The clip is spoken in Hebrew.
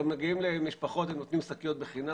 אתם מעבירים למילגם גם כן או בלי מילגם?